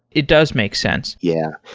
it does make sense yeah.